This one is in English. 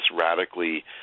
radically